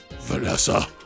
Vanessa